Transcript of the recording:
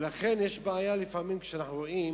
ולכן יש בעיה, לפעמים, כשאנחנו רואים